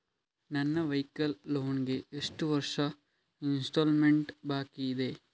ನನ್ನ vehicle loan ಗೆ ಎಷ್ಟು ವರ್ಷದ ಇನ್ಸ್ಟಾಲ್ಮೆಂಟ್ ಬಾಕಿ ಇದೆ?